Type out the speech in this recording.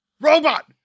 Robot